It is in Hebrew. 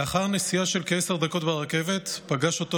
לאחר נסיעה של כעשר דקות ברכבת פגש אותו